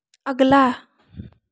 अगला